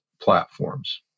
platforms